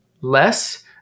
less